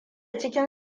cikin